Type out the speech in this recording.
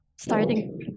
starting